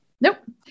Nope